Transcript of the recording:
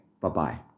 Bye-bye